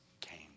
came